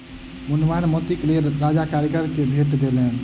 मूल्यवान मोतीक लेल राजा कारीगर के भेट देलैन